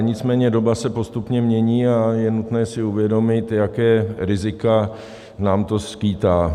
Nicméně doba se postupně mění a je nutné si uvědomit, jaká rizika nám to skýtá.